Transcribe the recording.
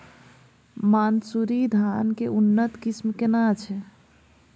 मानसुरी धान के उन्नत किस्म केना छै?